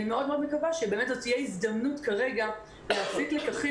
אני מקווה מאוד שזו תהיה הזדמנות כרגע להפיק לקחים